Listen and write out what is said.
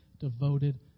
devoted